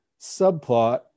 subplot